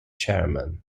chairman